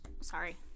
sorry